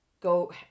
go